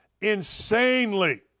Insanely